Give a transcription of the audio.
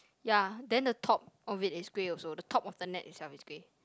ya then the top of it is grey also the top of the net itself is grey